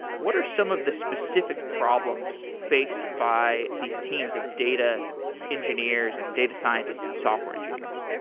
what are some of the specific problems faced by these teams of data engineers and data scientists and software engineers?